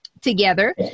together